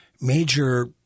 major